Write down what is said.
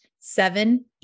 seven